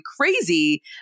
crazy